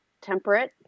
temperate